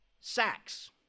sacks